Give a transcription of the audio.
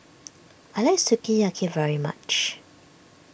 I like Sukiyaki very much